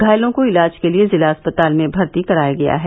घायलों को इलाज के लिये जिला अस्पताल में भर्ती कराया गया है